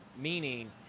Meaning